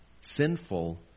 Sinful